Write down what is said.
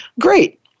Great